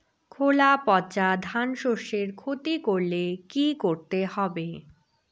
খোলা পচা ধানশস্যের ক্ষতি করলে কি করতে হবে?